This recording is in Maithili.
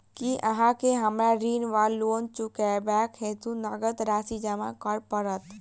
की अहाँ केँ हमरा ऋण वा लोन चुकेबाक हेतु नगद राशि जमा करऽ पड़त?